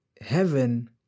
heaven